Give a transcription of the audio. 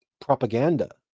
propaganda